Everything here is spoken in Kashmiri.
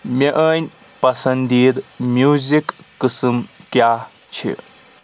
میٲنۍ پسندیدٕ میوٗزک قٕسم کیاہ چھِ